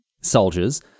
soldiers